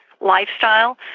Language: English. lifestyle